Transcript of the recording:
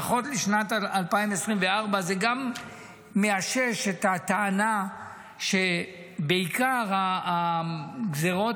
נכון לשנת 2024. זה גם מאשש את הטענה שעיקר הגזירות